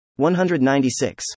196